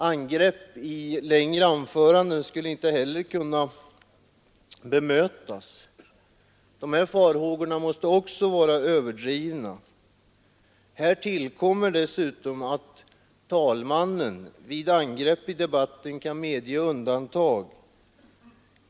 Angrepp i längre anföranden skulle inte heller kunna bemötas. Dessa farhågor måste också vara överdrivna. Här tillkommer dessutom att talmannen vid angrepp i debatten kan medge undantag.